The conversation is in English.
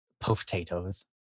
potatoes